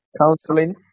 counseling